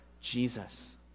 Jesus